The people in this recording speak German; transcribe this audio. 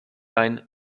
ein